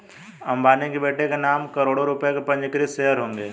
अंबानी के बेटे के नाम करोड़ों रुपए के पंजीकृत शेयर्स होंगे